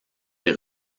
des